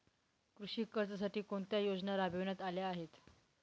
कृषी कर्जासाठी कोणत्या योजना राबविण्यात आल्या आहेत?